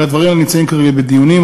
אבל הדברים האלה נמצאים כרגע בדיונים.